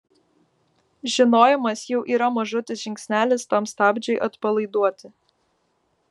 žinojimas jau yra mažutis žingsnelis tam stabdžiui atpalaiduoti